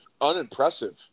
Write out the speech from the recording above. Unimpressive